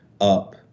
up